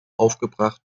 aufgebracht